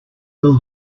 will